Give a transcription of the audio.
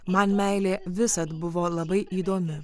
man meilė visad buvo labai įdomi